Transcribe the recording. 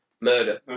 murder